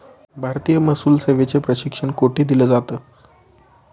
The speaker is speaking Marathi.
भारतीय महसूल सेवेचे प्रशिक्षण कोठे दिलं जातं?